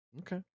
Okay